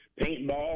paintball